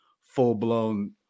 full-blown